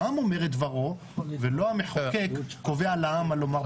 העם אומר את דברו, ולא המחוקק קובע לעם מה לומר.